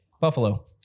Buffalo